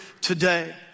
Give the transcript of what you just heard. today